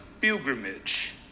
pilgrimage